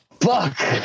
fuck